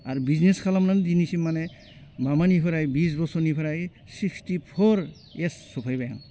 आरो बिजनिस खालामनानै दिनैसिम माने मामानिफ्राय बिस बोसोरनिफ्राय सिक्सटिफर एज सफैबाय